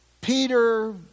Peter